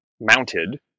mounted